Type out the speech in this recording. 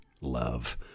love